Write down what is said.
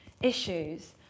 issues